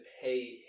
pay